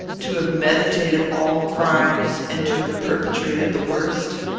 to have meditated all crimes, and to have perpetrated the worst?